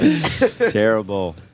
Terrible